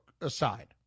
aside